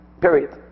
Period